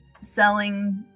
selling